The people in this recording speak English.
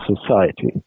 society